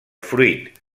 fruit